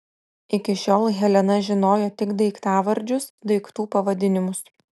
iki šiol helena žinojo tik daiktavardžius daiktų pavadinimus